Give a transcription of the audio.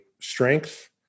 strength